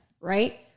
right